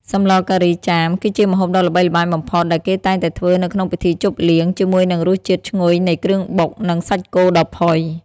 សម្លការីចាម គឺជាម្ហូបដ៏ល្បីល្បាញបំផុតដែលគេតែងតែធ្វើនៅក្នុងពិធីជប់លៀង ជាមួយនឹងរសជាតិឈ្ងុយនៃគ្រឿងបុក និងសាច់គោដ៏ផុយ។